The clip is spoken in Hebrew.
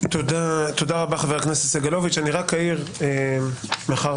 תודה רבה, חבר הכנסת סגלוביץ', אני רק אעיר, מאחר